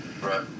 Right